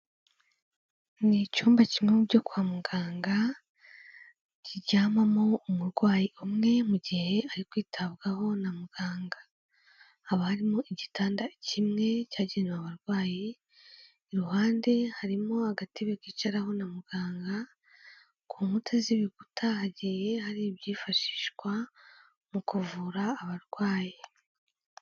Ni icyumba kimwe mu byo kwa muganga kiryamamo umurwayi umwe mu gihe ari kwitabwaho na muganga. Haba harimo igitanda kimwe cyagenewe abarwayi, iruhande harimo agatebe kicaraho na muganga, ku nkuta z'ibikuta hagiye hari ibyifashishwa mu kuvura abarwayi.